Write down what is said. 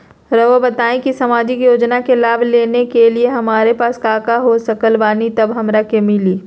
रहुआ बताएं कि सामाजिक योजना के लाभ लेने के लिए हमारे पास काका हो सकल बानी तब हमरा के मिली?